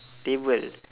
table